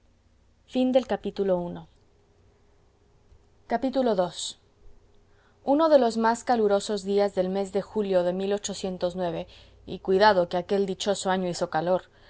capitán ii uno de los más calurosos días del mes de julio de y cuidado que aquel dichoso año hizo calor